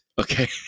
okay